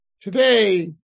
Today